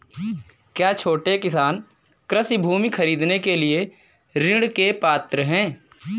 क्या छोटे किसान कृषि भूमि खरीदने के लिए ऋण के पात्र हैं?